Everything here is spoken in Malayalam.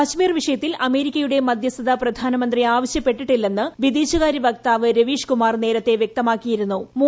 കാശ്മീർ വിഷയത്തിൽ അമേരിക്കയുടെ മധ്യസ്ഥത പ്രധാനമന്ത്രി നരേന്ദ്രമോദി ആവശ്യപ്പെട്ടിട്ടില്ലെന്ന് വിദേശകാര്യ വക്താവ് രവീഷ്കുമാർ നേരത്തെ വൃക്തമാക്കിയിട്ടുണ്ട്